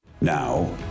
now